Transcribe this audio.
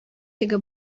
теге